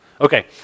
Okay